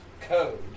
code